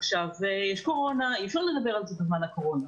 עכשיו יש קורונה ואי-אפשר לדבר על זה בזמן הקורונה.